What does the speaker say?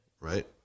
Right